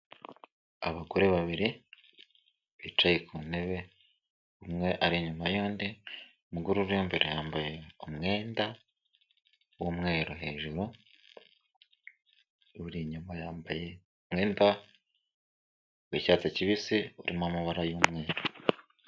Abagore babiri bicaye ku ntebe, umwe ari inyuma y'undi, umugore uri imbere yambaye umwenda w'umweru hejuru, uri inyuma yambaye umwenda w'icyatsi kibisi urimo amabara y'umweru